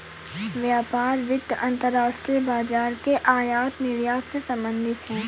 व्यापार वित्त अंतर्राष्ट्रीय बाजार के आयात निर्यात से संबधित है